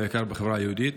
בעיקר בחברה היהודית.